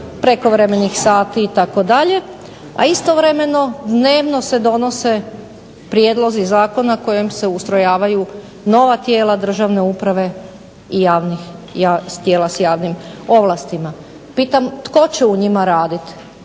prekovremeni sati itd., a istovremeno dnevno se donose prijedlozi zakona kojim se ustrojavaju nova tijela državne uprave i javnih tijela s javnim ovlastima. Pitam tko će u njima raditi?